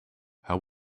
how